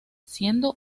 siendo